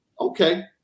Okay